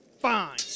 Fine